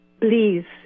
please